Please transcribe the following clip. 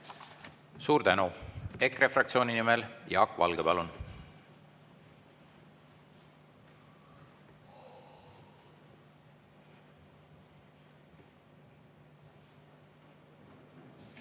Suur tänu! EKRE fraktsiooni nimel Jaak Valge, palun!